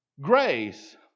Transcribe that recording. Grace